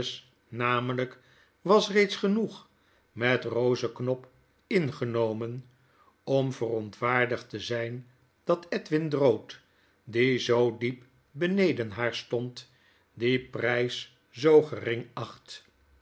nameiyk was reeds genoeg met rosek'nop ingenomen om verontwaardigd te zyn dat edwin drood die zoo diep beneden haar stond dien prys zoo gering acht